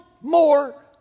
more